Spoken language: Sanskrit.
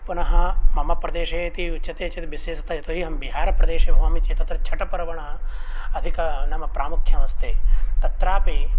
पुनः मम प्रदेशे इति उच्यते चेत् विसेसतया यतो हि अहं बिहारप्रदेशे भवामि चेत् तत्र छटपर्वणः अधिकं नाम प्रामुख्यम् अस्ति तत्रापि